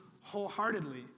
wholeheartedly